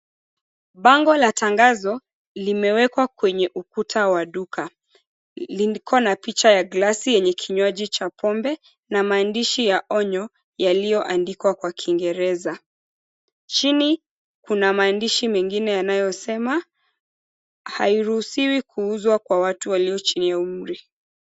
Bango la tangazo limewekwa kwenye ukuta wa duka. Liko na picha ya glasi yenye kinywaji cha pombe na maandishi ya onyo yaliyoandikwa kwa Kiingereza. Chini kuna maandishi mengine yanayosema hairuhusiwi kuuzwa kwa watu walio chini ya umri.